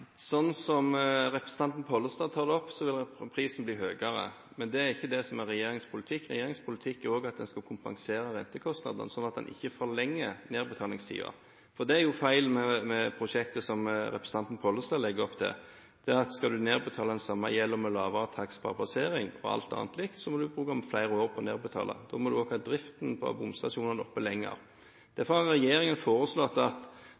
Sånn som representanten Pollestad tar det opp, vil prisen bli høyere. Men det er ikke det som er regjeringens politikk. Regjeringens politikk er at en også skal kompensere rentekostnader, sånn at en ikke forlenger nedbetalingstiden. Det er jo feilen med prosjektet som representanten Pollestad legger opp til. Skal du nedbetale den samme gjelden med lavere takst per passering og alt annet likt, må du bruke flere år på å nedbetale. Da må du også ha driften på bomstasjonene oppe lenger. Derfor har regjeringen foreslått at